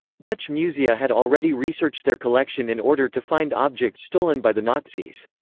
dutch musea had already researched their collection in order to find objects stolen by the nazis.